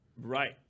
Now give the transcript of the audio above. Right